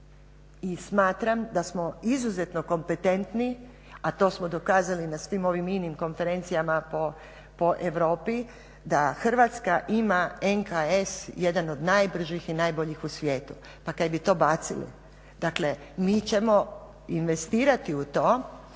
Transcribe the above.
i smatram da smo izuzetno kompetentni, a to smo dokazali na svim ovim inim konferencijama po Europi da Hrvatska ima NKS jedan od najbržih i najboljih u svijetu. Pa kaj bi to bacili? Dakle mi ćemo investirati u to,